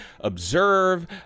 observe